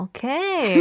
Okay